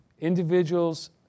individuals